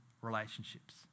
Relationships